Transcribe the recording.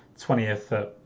20th